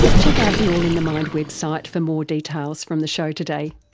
check out the all in the mind website for more details from the show today.